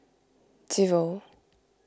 zero